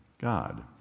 God